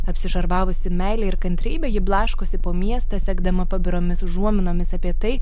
apsišarvavusi meile ir kantrybe ji blaškosi po miestą sekdama pabiromis užuominomis apie tai